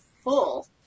full